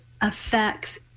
affects